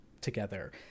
together